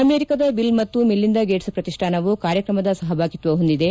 ಅಮೆರಿಕದ ಬಿಲ್ ಮತ್ತು Melinda Gates ಪ್ರತಿಷ್ಠಾನವು ಕಾರ್ಯಕ್ರಮದ ಸಹಭಾಗಿತ್ವ ಹೊಂದಿದೆ